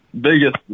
biggest